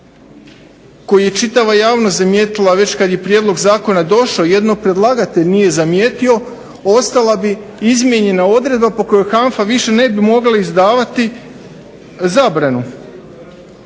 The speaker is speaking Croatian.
koji je čitava javnost zamijetila već kada je Prijedlog zakona došao, jedino predlagatelj nije zamijetio ostala bi izmijenjene odredba po kojoj HANFA više ne bi mogla izdavati zabranu.